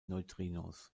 neutrinos